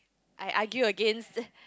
I argue against